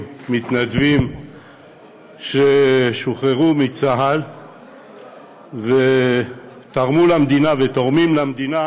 מתנדבים ששוחרו מצה"ל ותרמו למדינה ותורמים למדינה